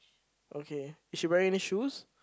okay is she wear any shoes